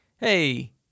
hey